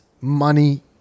money